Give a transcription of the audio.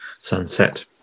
sunset